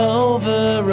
over